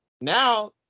now